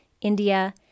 India